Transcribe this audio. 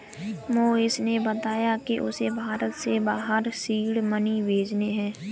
मोहिश ने बताया कि उसे भारत से बाहर सीड मनी भेजने हैं